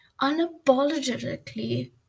unapologetically